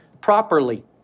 properly